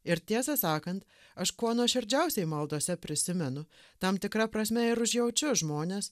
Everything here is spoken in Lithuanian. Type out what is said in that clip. ir tiesą sakant aš kuo nuoširdžiausiai maldose prisimenu tam tikra prasme ir užjaučiu žmones